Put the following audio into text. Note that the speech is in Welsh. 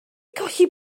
colli